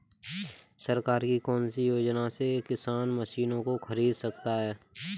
सरकार की कौन सी योजना से किसान मशीनों को खरीद सकता है?